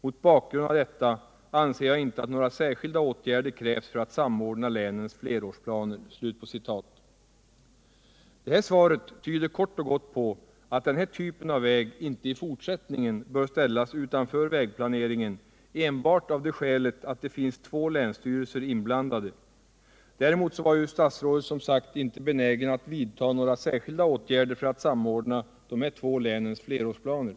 Mot bakgrund av detta anser jag inte att några särskilda åtgärder krävs för att samordna länens flerårsplaner.” Svaret tyder kort och gott på att den här typen av väg i fortsättningen inte bör ställas utanför vägplaneringen enbart av det skälet att det finns två länsstyrelser inblandade. Däremot var ju statsrådet, som sagt, inte benägen att vidta några särskilda åtgärder för att samordna de här två länens flerårsplaner.